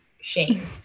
shame